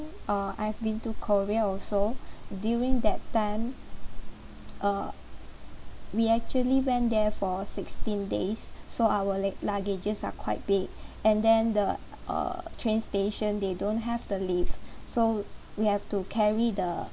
uh I've been to korea also during that time uh we actually went there for sixteen days so our le~ luggages are quite big and then the uh train station they don't have the lift so we have to carry the